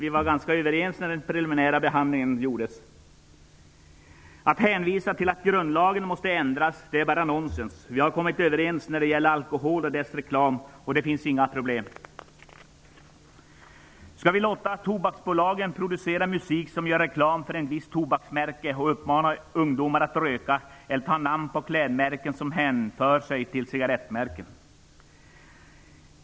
Vi var ju ganska överens i den preliminära behandlingen. Att hänvisa till att grundlagen måste ändras är bara nonsens. Vi har kommit överens när det gäller alkoholen och dess reklam, och där finns inga problem. Skall vi låta tobaksbolagen producera musik som gör reklam för ett visst tobaksmärke och uppmanar ungdomar att röka eller att ha namn på klädmärken som hänför till cigarettmärken?